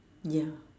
ya